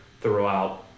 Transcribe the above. throughout